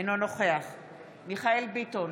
אינו נוכח חיים ביטון,